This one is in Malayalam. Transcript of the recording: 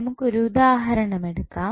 നമുക്കൊരു ഉദാഹരണമെടുക്കാം